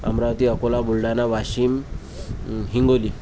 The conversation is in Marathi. अमरावती अकोला बुलढाणा वाशिम हिंगोली